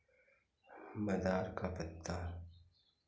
मदार का पत्ता